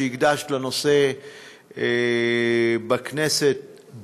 שהקדשת לו יום מיוחד בכנסת.